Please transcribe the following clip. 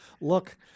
Look